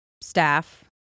staff